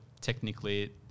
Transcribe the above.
technically